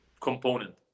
component